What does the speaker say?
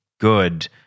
good